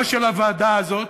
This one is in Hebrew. לא של הוועדה הזאת,